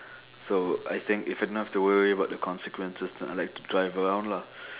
so I think if I don't have to worry about the consequences then I'd like to drive around lah